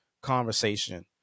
conversation